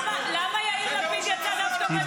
רון, למה יאיר לפיד יצא דווקא בנאום שלי?